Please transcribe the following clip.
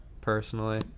personally